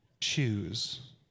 choose